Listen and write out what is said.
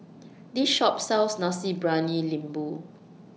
This Shop sells Nasi Briyani Lembu